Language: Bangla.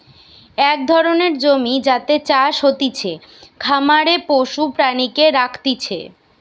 এক ধরণের জমি যাতে চাষ হতিছে, খামারে পশু প্রাণীকে রাখতিছে